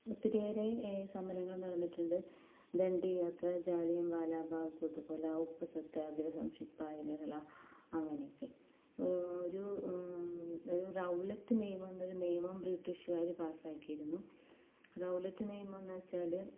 ഒത്തിരിയേറെ സമരങ്ങള് നടന്നിട്ടുണ്ട് ദണ്ഡി യാത്ര ജാലിയന് വാലാബാഗ് കൂട്ടക്കൊല ഉപ്പുസത്യാഗ്രഹം ശിപ്പായി ലഹള അങ്ങനെയൊക്കെ ഒരു ഒരു റൗലറ്റ് നിയമം എന്നൊരു നിയമം ബ്രിട്ടീഷുകാര് പാസാക്കിയിരുന്നു റൗലറ്റ് നിയമം എന്നെച്ചാല്